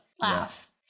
laugh